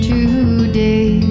Today